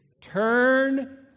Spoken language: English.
Turn